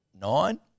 Nine